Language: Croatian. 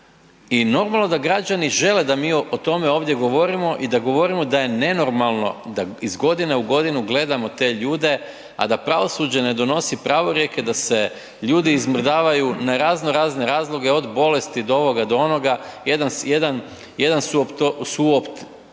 i normalno da građani žele da mi o tome ovdje govorimo i da govorimo da je nenormalno da iz godine u godinu gledamo te ljude, a da pravosuđe ne donosi pravorijeke da se ljudi izmrdavaju na raznorazne razloge od bolesti do ovoga do onoga. Jedan suoptuženik